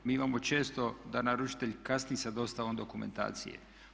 Mi imamo često da naručite kasni sa dostavom dokumentacije.